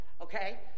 okay